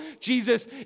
Jesus